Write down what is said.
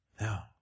Now